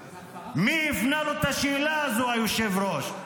מי הפנה לו את השאלה הזו, היושב-ראש?